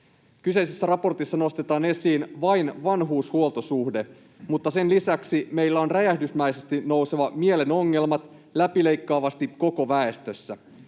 Kyseisessä raportissa nostetaan esiin vain vanhushuoltosuhde, mutta sen lisäksi meillä mielen ongelmat nousevat räjähdysmäisesti läpileikkaavasti koko väestössä.